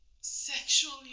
sexually